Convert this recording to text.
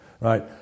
right